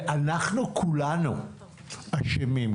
ואנחנו כולנו אשמים,